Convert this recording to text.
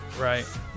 Right